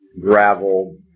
gravel